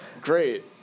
Great